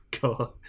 God